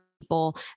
people